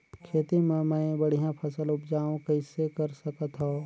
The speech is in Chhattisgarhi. खेती म मै बढ़िया फसल उपजाऊ कइसे कर सकत थव?